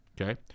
Okay